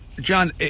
John